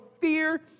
fear